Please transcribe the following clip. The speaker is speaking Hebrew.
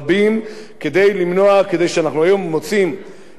והיום אנחנו מוצאים את משטרת ישראל מתמודדת עם פשיעה,